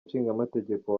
nshingamategeko